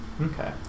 Okay